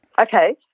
Okay